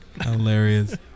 Hilarious